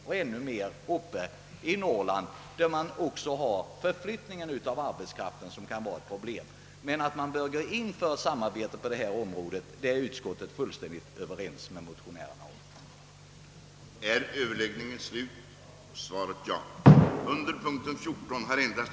Och ännu mer olikartade är problemen naturligtvis i Norrland, där även förflyttningen av arbetskraften utgör ett problem. Men att vi bör gå in för samarbete på detta område är utskottsmajoriteten fullständigt överens med motionärerna om. Jag yrkar bifall till utskottets hemställan.